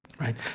right